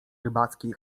rybackiej